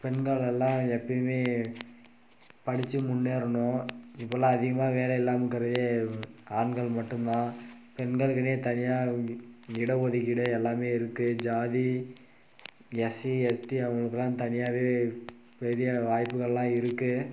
பெண்கள் எல்லாம் எப்பயுமே படிச்சு முன்னேறணும் இப்பெலாம் அதிகமாக வேலை இல்லாமலிருக்கறதே ஆண்கள் மட்டும் தான் பெண்களுக்குனே தனியாக இட ஒதுக்கீடு எல்லாமே இருக்குது ஜாதி எஸ்சி எஸ்டி அவங்களுக்குலாம் தனியாகவே பெரிய வாய்ப்புகளெலாம் இருக்குது